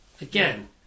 Again